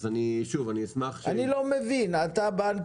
אנשי בנק